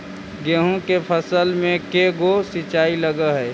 गेहूं के फसल मे के गो सिंचाई लग हय?